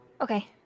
Okay